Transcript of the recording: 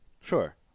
sure